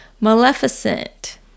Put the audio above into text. Maleficent